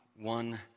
one